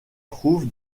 trouve